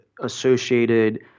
associated